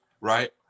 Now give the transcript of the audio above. right